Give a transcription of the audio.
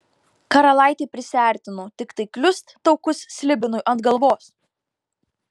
karalaitė prisiartino tiktai kliust taukus slibinui ant galvos